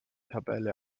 tabelle